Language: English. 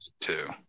two